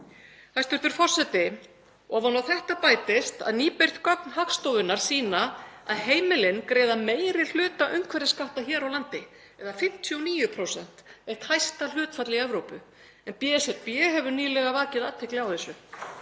Þau eru enn óljós.“ Ofan á þetta bætist að nýbirt gögn Hagstofunnar sýna að heimilin greiða meiri hluta umhverfisskatta hér á landi eða 59%, eitt hæsta hlutfall í Evrópu. BSRB hefur nýlega vakið athygli á þessu.